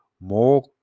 more